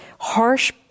harsh